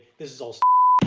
this is all stupid.